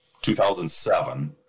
2007